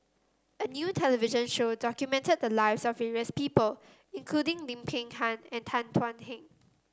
a new television show documented the lives of various people including Lim Peng Han and Tan Thuan Heng